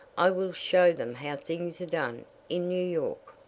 i will show them how things are done in new york.